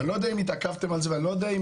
ואני לא יודע אם התעכבתם על זה ואני לא יודע אם